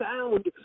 sound